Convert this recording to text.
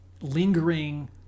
lingering